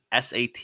sat